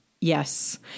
Yes